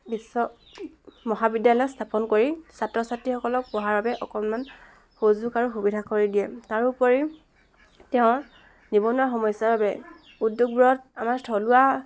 বিশ্ব মহাবিদ্যালয় স্থাপন কৰি ছাত্ৰ ছাত্ৰীসকলক পঢ়াৰ বাবে অকণমান সুযোগ আৰু সুবিধা কৰি দিয়ে তাৰোপৰি তেওঁ নিবনুৱা সমস্যাৰ বাবে উদ্যোগবোৰত আমাৰ থলুৱা